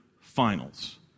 finals